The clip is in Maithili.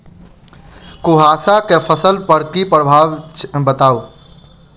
कुहासा केँ फसल पर प्रभाव बताउ?